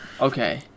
Okay